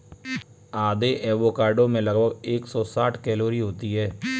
आधे एवोकाडो में लगभग एक सौ साठ कैलोरी होती है